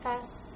fest